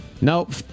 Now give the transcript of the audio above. Nope